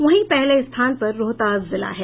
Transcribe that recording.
वहीं पहले स्थान पर रोहतास जिला है